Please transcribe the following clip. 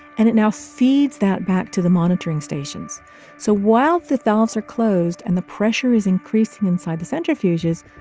and it now feeds that back to the monitoring stations so while the valves are closed and the pressure is increasing inside the centrifuges,